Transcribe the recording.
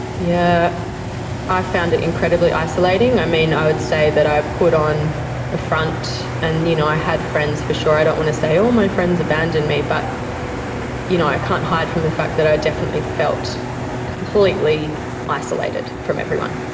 yeah i found it incredibly isolating. i would say that i put on a front and you know i had friends, for sure, i don't want to say all my friends abandoned me, but you know i can't hide from the fact that i definitely felt completely isolated from everyone.